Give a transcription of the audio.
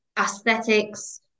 aesthetics